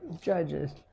Judges